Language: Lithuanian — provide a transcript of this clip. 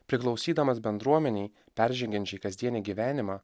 priklausydamas bendruomenei peržengiančiai kasdienį gyvenimą